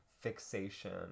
fixation